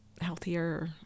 healthier